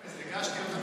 אז הגשתי אותה,